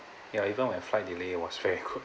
ya even when flight delay was very good